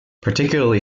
particularly